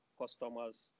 customers